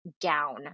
down